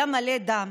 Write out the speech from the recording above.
היה מלא דם.